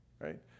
Right